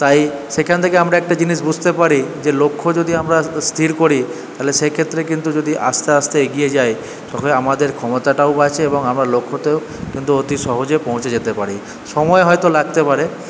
তাই সেখান থেকে আমরা একটা জিনিস বুঝতে পারি যে লক্ষ্য যদি আমরা স্থির করি তাহলে সেক্ষেত্রে কিন্তু যদি আস্তে আস্তে এগিয়ে যাই তবে আমাদের ক্ষমতাটাও বাঁচে এবং আমরা লক্ষ্যতেও কিন্তু অতি সহজে পৌঁছে যেতে পারি সময় হয়তো লাগতে পারে